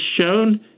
shown